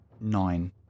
nine